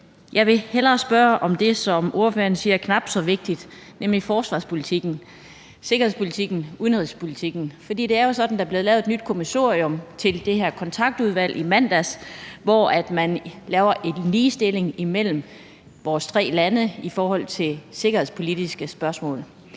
jeg vil hellere spørge om det, som ordføreren siger er knap så vigtigt, nemlig forsvarspolitikken, sikkerhedspolitikken, udenrigspolitikken. For det er jo sådan, at der blev lavet et nyt kommissorium til det her Kontaktudvalg i mandags, hvor man lavede en ligestilling imellem vores tre lande i forhold til sikkerhedspolitiske spørgsmål.